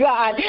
God